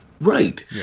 Right